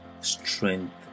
Strength